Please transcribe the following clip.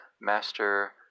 master